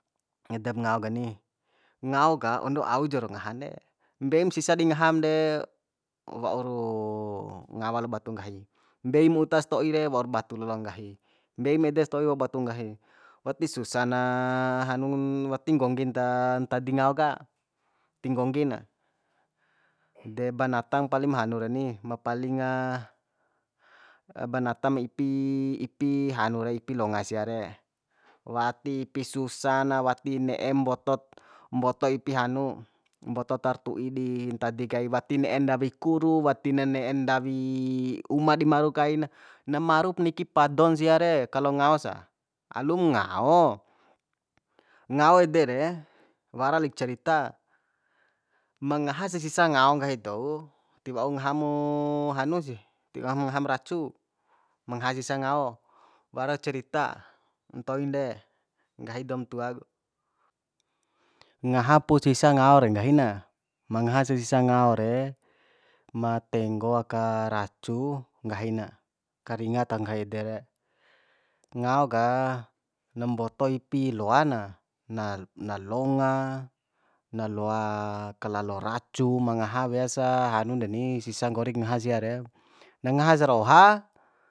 Edep ngao kani ngao ka ondo au ja rau ngahan de mbeim sisa di ngaham de wauru ngawa lo batu nggahi mbei mu uta sto'i re waur batu lalo nggahi mbeim ede sto'i waur batu nggahi wati susa na hanu wati nggonggi nta ntadi ngao ka ti nggonggi na de banatam palim hanu reni ma palinga banatam ipi ipi hanu re ipi longa sia re wati ipi susana wati ne'em mbotot mboto ipi hanu mboto tar tui di ntadi kai wati nne'e ndawi kuru wati nen ne'en ndawi uma di maru kai na na marup niki padon sia re kalo ngao sa alum ngao ngao ede re wara lik cerita ma ngahasa sisa ngao nggahi dou tiwau ngaha mo hanu si tingangaham racu ma ngaha sisa ngao wara cerita ntoin de nggahi doum tua ku ngaha pu sisa ngao re nggahi na ma ngaha sa sisa ngao re ma tenggo aka racu nggahina karinga taho nggahi ede re ngao ka na mboto ipi loa na na na longa na loa kalalo racu ma ngaha weasa hanu deni sisa nggori ngaha sia re na ngaha sar oha